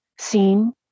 seen